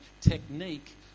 technique